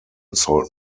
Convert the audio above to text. sold